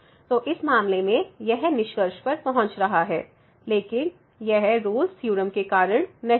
तो इस मामले में यह निष्कर्ष पर पहुंच रहा है लेकिन यह रोल्स थ्योरम Rolle's Theorem के कारण नहीं है